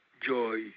joy